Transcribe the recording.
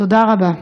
תודה רבה.